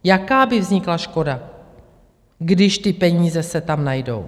Jaká by vznikla škoda, když ty peníze se tam najdou?